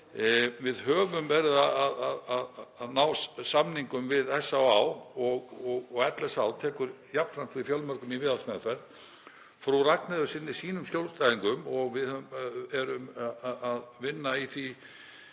við höfum verið að ná samningum við SÁÁ og LSH tekur jafnframt við fjölmörgum í viðhaldsmeðferð. Frú Ragnheiður sinnir sínum skjólstæðingum og við erum að vinna að